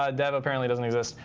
ah dev apparently doesn't exist.